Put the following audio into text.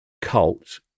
cult